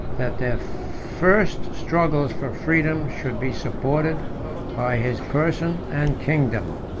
that their first struggles for freedom should be supported by his person and kingdom.